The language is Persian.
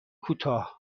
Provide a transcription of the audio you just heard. کوتاه